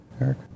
Eric